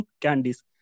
candies